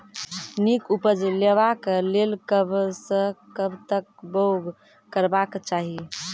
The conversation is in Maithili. नीक उपज लेवाक लेल कबसअ कब तक बौग करबाक चाही?